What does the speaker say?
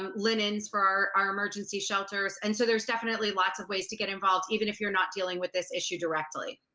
um linens for our our emergency shelters. and so there's definitely lots of ways to get involved, even if you're not dealing with this issue directly.